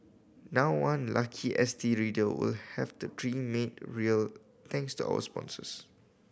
now one lucky S T reader will have that dream made real thanks to our sponsors